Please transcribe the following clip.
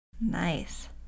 Nice